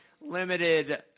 limited